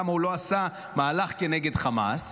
למה הוא לא עשה מהלך כנגד חמאס,